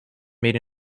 made